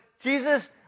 Jesus